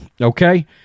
Okay